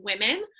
women